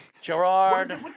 Gerard